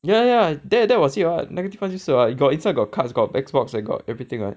ya ya that that was it [what] 那个地方就是 [what] got inside got cards got Xbox and got everything [what]